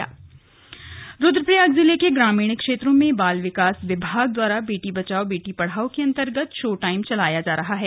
show time Rudraprayag Rudraprayag जिले के ग्रामीण क्षेत्रों में बाल विकास विभाग द्वारा बेटी बचाओ बेटी पढ़ाओ के अन्तर्गत शो टाइम चलाया जा रहा है